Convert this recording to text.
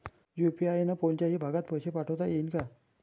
UPI न कोनच्याही भागात पैसे पाठवता येईन का?